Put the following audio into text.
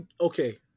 Okay